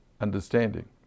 understanding